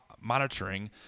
monitoring